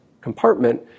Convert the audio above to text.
compartment